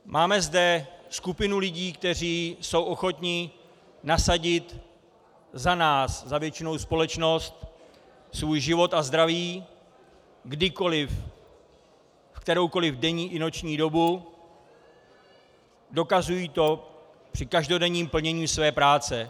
Máme zde skupinu lidí, kteří jsou ochotni nasadit za nás, za většinovou společnost, svůj život a zdraví, kdykoliv, v kteroukoliv denní i noční dobu, a dokazují to při každodenním plnění své práce.